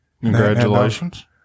Congratulations